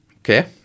Okay